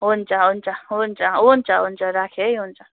हुन्छ हुन्छ हुन्छ हुन्छ हुन्छ राखे है हुन्छ